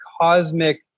cosmic